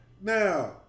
Now